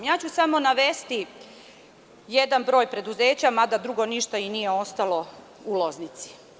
Samo ću navesti jedan broj preduzeća, mada drugo ništa nije ostalo u Loznici.